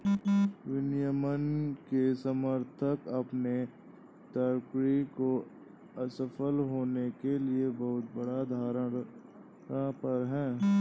विनियमन के समर्थक अपने तर्कों को असफल होने के लिए बहुत बड़ा धारणा पर हैं